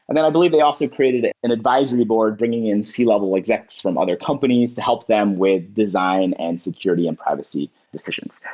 and i believe they also created an advisory board bringing in c-level execs from other companies to help them with design and security and privacy decisions.